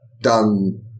done